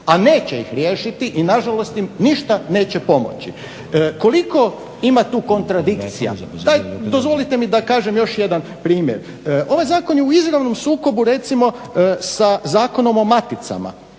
a neće ih riješiti i nažalost im ništa neće pomoći. Koliko tu ima kontradikcija, dozvolite mi da kažem još jedan primjer. Ovaj zakon je u izravnom sukobu recimo sa Zakonom o maticama